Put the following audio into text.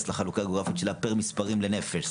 לחלוקה הגיאוגרפית שלה במספרים לנפש.